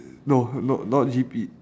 no no not G_P